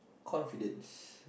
confidence